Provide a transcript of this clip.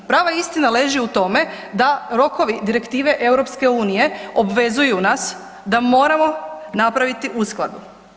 Prava istina leži u tome da rokovi direktive EU obvezuju nas da moramo napraviti uskladu.